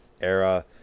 era